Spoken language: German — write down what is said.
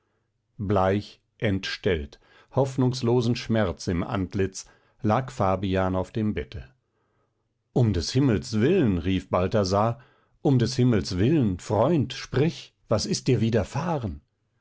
bleich entstellt hoffnungslosen schmerz im antlitz lag fabian auf dem bette um des himmels willen rief balthasar um des himmels willen freund sprich was ist dir widerfahren